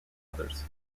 others